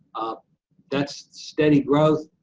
that's steady growth,